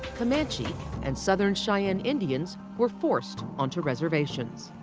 comanche and southern cheyenne indians were forced onto reservations.